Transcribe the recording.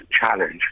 challenge